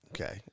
Okay